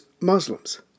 Muslims